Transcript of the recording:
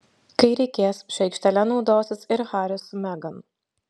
kai reikės šia aikštele naudosis ir haris su megan